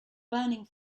burning